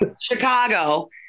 Chicago